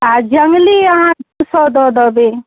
आओर जङ्गली अहाँ तीन सओ दऽ देबै